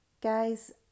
guys